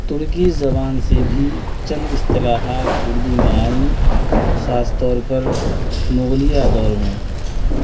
ترکی زبان سے بھی چند اصطلاحات اردو میں آئیں خاص طور پر مغلیہ دور میں